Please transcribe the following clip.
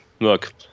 look